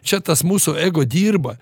čia tas mūsų ego dirba